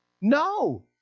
No